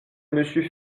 monsieur